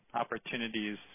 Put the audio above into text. opportunities